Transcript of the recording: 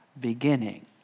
beginning